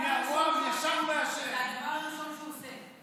זה הדבר הראשון שהוא עושה.